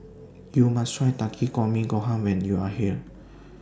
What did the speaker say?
YOU must Try Takikomi Gohan when YOU Are here